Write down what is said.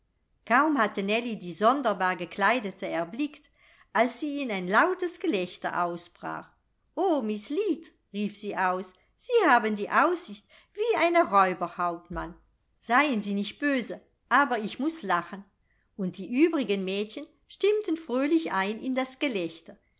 kaum hatte nellie die sonderbar gekleidete erblickt als sie in ein lautes gelächter ausbrach o miß lead rief sie aus sie haben die aussicht wie eine räuberhauptmann seien sie nicht böse aber ich muß lachen und die übrigen mädchen stimmten fröhlich ein in das